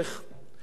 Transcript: זה פשעו.